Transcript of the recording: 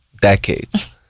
decades